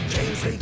James